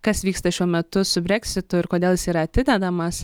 kas vyksta šiuo metu su breksitu ir kodėl jis yra atidedamas